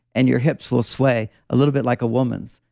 and your hips will sway a little bit like a woman's,